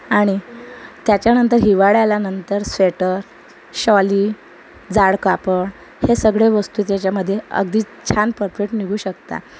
आणि त्याच्यानंतर हिवाळा आल्यानंतर स्वेटर शॉली जाड कापड हे सगडे वस्तू त्याच्यामध्ये अगदी छान परफेट् निघू शकतात